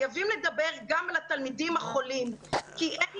חייבים לדבר גם על התלמידים החולים כי אין